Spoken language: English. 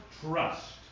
trust